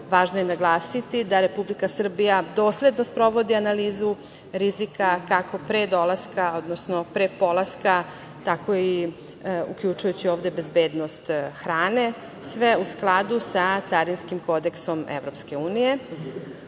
je naglasiti da Republika Srbija dosledno sprovodi analizu rizika, kako pre dolaska odnosno pre polaska, tako i uključujući ovde bezbednost hrane, a sve u skladu sa carinskim kodeksom EU.U kontekstu